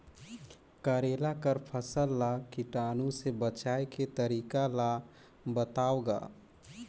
करेला कर फसल ल कीटाणु से बचाय के तरीका ला बताव ग?